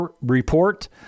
report